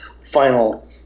final